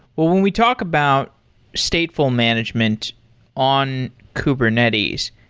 when we talk about stateful management on kubernetes,